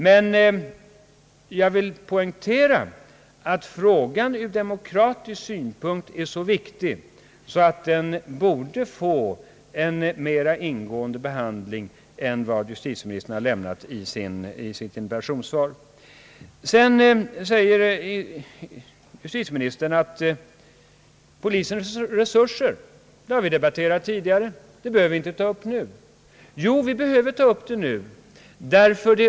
Men jag vill poängtera att frågan ur demokratisk synpunkt är så viktig att den borde behandlas mer ingående än justitieministern gjort i sitt interpellationssvar. Sedan säger justitieministern att vi tidigare har debatterat polisens resurser och inte behöver ta upp den frågan nu.